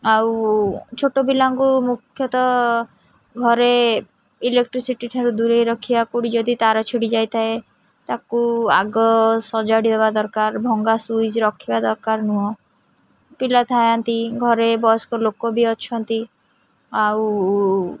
ଆଉ ଛୋଟ ପିଲାଙ୍କୁ ମୁଖ୍ୟତଃ ଘରେ ଇଲେକ୍ଟ୍ରିସିଟି ଠାରୁ ଦୂରେଇ ରଖିବା କେଉଁଠି ଯଦି ତାର ଛିଡ଼ି ଯାଇଥାଏ ତାକୁ ଆଗ ସଜାଡ଼ି ଦେବା ଦରକାର ଭଙ୍ଗା ସୁଇଚ୍ ରଖିବା ଦରକାର ନୁହଁ ପିଲା ଥାଆନ୍ତି ଘରେ ବୟସ୍କ ଲୋକ ବି ଅଛନ୍ତି ଆଉ